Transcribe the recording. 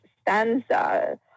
stanza